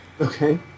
Okay